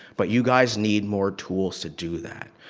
but you guys need more tools to do that.